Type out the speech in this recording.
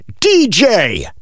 DJ